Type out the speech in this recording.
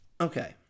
okay